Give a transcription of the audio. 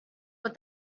but